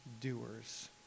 doers